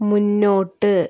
മുന്നോട്ട്